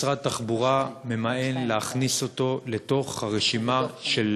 משרד התחבורה ממאן להכניס אותו לרשימה של